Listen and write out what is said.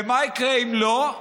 ומה יקרה אם לא?